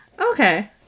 Okay